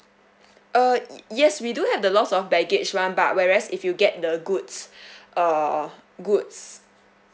err yes we do have the loss of baggage one but whereas if you get the goods err goods